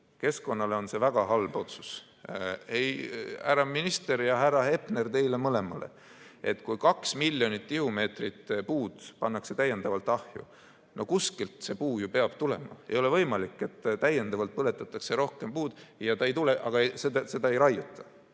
Keskkonnale on see väga halb otsus. Härra minister ja härra Hepner, teile mõlemale: kui 2 miljonit tihumeetrit puitu pannakse täiendavalt ahju, siis kuskilt see puit peab ju tulema. Ei ole võimalik, et täiendavalt põletatakse rohkem puid, aga neid ei raiuta.